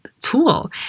tool